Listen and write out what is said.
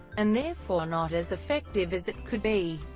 and therefore not as effective as it could be.